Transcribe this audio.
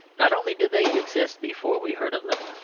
not only did they exist before we heard of them,